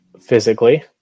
physically